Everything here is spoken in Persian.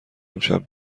امشب